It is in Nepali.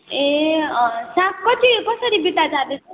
ए अँ साग कति कसरी बिटा जाँदैछ